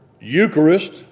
Eucharist